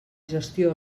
gestió